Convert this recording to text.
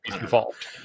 involved